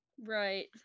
right